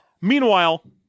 Meanwhile